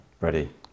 Ready